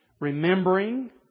remembering